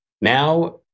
Now